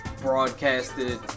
broadcasted